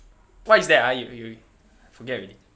what is that ah y~ you forget already